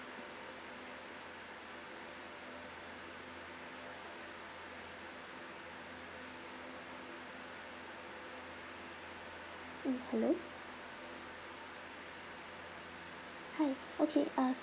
mm hello hi okay uh